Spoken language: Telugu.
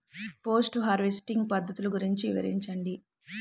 పోస్ట్ హార్వెస్టింగ్ పద్ధతులు గురించి వివరించండి?